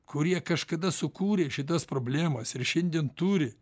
kurie kažkada sukūrė šitas problemas ir šiandien turi